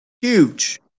huge